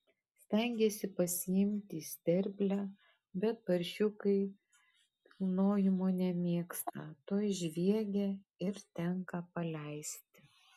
stengiasi pasiimti į sterblę bet paršiukai kilnojimo nemėgsta tuoj žviegia ir tenka paleisti